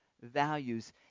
values